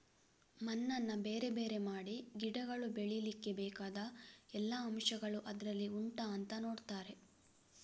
ಮಣ್ಣನ್ನ ಬೇರೆ ಬೇರೆ ಮಾಡಿ ಗಿಡಗಳು ಬೆಳೀಲಿಕ್ಕೆ ಬೇಕಾದ ಎಲ್ಲಾ ಅಂಶಗಳು ಅದ್ರಲ್ಲಿ ಉಂಟಾ ಅಂತ ನೋಡ್ತಾರೆ